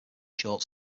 short